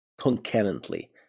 concurrently